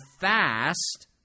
fast